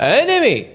enemy